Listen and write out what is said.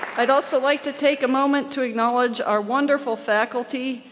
i'd also like to take a moment to acknowledge our wonderful faculty,